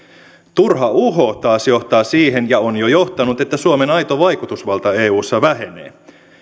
turha uho taas johtaa siihen ja on jo johtanut että suomen aito vaikutusvalta eussa vähenee sääntö